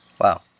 Wow